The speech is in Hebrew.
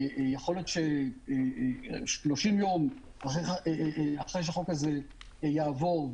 יכול להיות ש-30 יום אחרי שהחוק הזה יעבור,